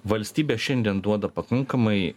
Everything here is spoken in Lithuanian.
valstybė šiandien duoda pakankamai